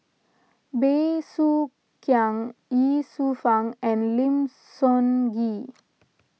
Bey Soo Khiang Ye Shufang and Lim Sun Gee